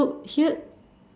so here